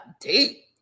deep